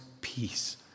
peace